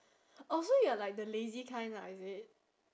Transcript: oh so you're like the lazy kind lah is it